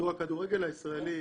הכדורגל הישראלי,